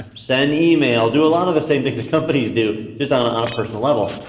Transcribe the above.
send email, do a lot of the same things that companies do, just on on a personal level.